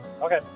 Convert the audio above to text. Okay